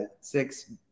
six